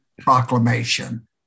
proclamation